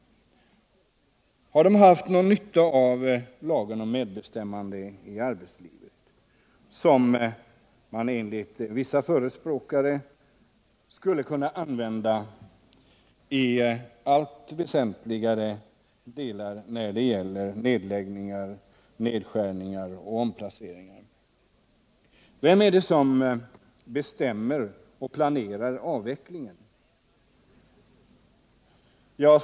Har de haft någon nytta av lagen om medbestämmande i arbetslivet, som enligt vissa förespråkare skulle kunna användas i samband med nedläggningar, nedskärningar och omplaceringar? Vem är det som bestämmer och planerar avvecklingen?